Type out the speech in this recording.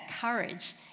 courage